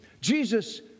Jesus